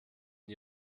die